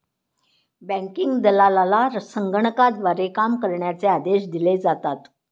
banking दलालाला संगणकाद्वारे काम करण्याचे आदेश दिले जातात